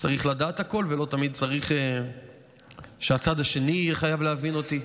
צריך לדעת הכול ולא תמיד צריך שהצד השני יהיה חייב להבין אותי.